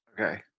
Okay